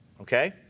okay